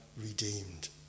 redeemed